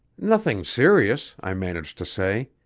nothing serious i managed to say.